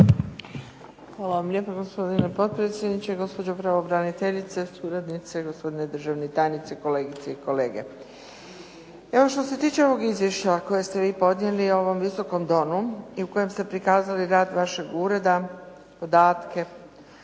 Hvala lijepa. Gospodine potpredsjedniče, gospođo pravobraniteljice, suradnici, gospodo državni tajnici, kolegice i kolege. Što se tiče ovog izvješća koje ste vi podnijeli ovom Visokom domu i u kojem ste prikazali rad vašeg ureda, podatke,